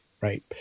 Right